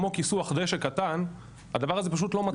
כמו כיסוח דשא קטן, הדבר הזה פשוט לא מצליח.